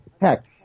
heck